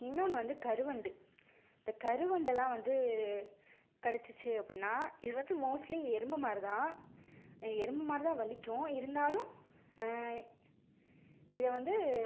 இன்னொன்று வந்து கருவண்டு இந்த கருவண்டெல்லாம் வந்து கடிச்சிச்சு அப்பிடின்னா இது வந்து மோஸ்ட்லி எறும்பு மாதிரி தான் எறும்பு மாதிரி தான் வலிக்கும் இருந்தாலும் இதை வந்து